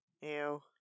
Ew